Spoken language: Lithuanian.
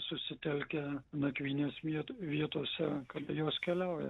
susitelkia nakvynės viet vietose kada jos keliauja